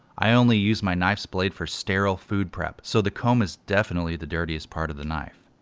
i only use my knife blades for sterile food prep. so the comb is definitely the dirtiest part of the knife.